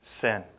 sin